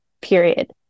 period